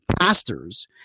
pastors